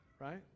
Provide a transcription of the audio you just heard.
Right